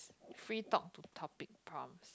free talk to topic prompts